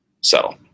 settle